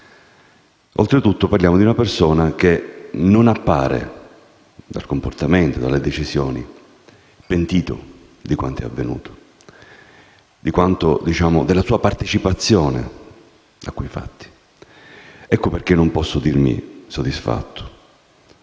Oltre tutto parliamo di una persona che, dal comportamento e dalle decisioni, non appare pentito di quanto è avvenuto, della sua partecipazione a quei fatti. Per questo non posso dirmi soddisfatto: